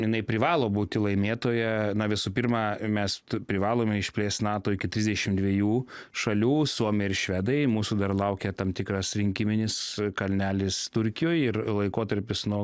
jinai privalo būti laimėtoja na visų pirma e mes privalome išplėst nato iki trisdešimt dviejų šalių suomiai ir švedai mūsų dar laukia tam tikras rinkiminis kalnelis turkijoj ir laikotarpis nuo